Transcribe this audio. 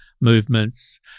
movements